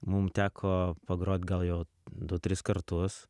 mum teko pagrot gal jau du tris kartus